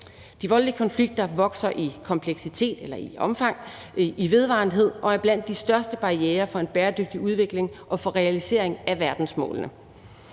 De voldelige konflikter vokser i kompleksitet, i omfang, i vedvarenhed og er blandt de største barrierer for en bæredygtig udvikling og for realisering af verdensmålene.